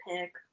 pick